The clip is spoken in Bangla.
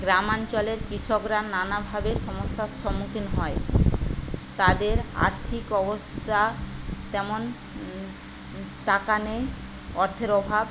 গ্রামাঞ্চলের কৃষকরা নানাভাবে সমস্যার সম্মুখীন হয় তাদের আর্থিক অবস্থা তেমন টাকা নেই অর্থের অভাব